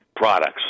products